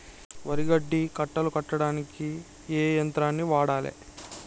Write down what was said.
వరి గడ్డి కట్టలు కట్టడానికి ఏ యంత్రాన్ని వాడాలే?